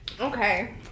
okay